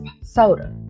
soda